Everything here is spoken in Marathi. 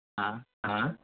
हां हां